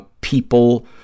people